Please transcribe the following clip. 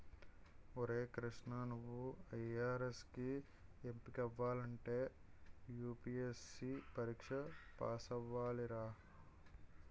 ఒరే కృష్ణా నువ్వు ఐ.ఆర్.ఎస్ కి ఎంపికవ్వాలంటే యూ.పి.ఎస్.సి పరీక్ష పేసవ్వాలిరా